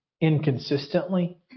inconsistently